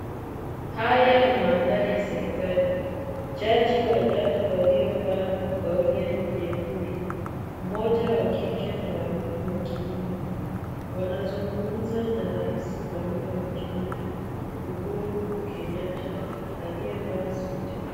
Haya ni mandhari ya serikali, jaji watatu waliovaa gauni nyekundu, mmoja wa kike na wawili wa kiume, wanazungumza na rais wa nne wa Kenya, Uhuru Kenyatta, aliyevaa suti.